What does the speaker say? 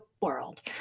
world